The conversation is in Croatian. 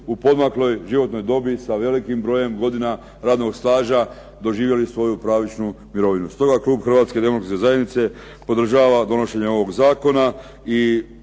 u poodmakloj životnoj dobi sa velikim brojem godina radnog staža doživjeli svoju pravičnu mirovinu. Stoga klub Hrvatske demokratske zajednice podržava donošenje ovog zakona